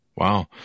Wow